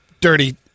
dirty